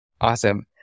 Awesome